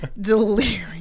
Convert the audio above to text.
delirious